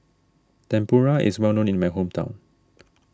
Tempura is well known in my hometown